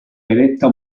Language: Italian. eretta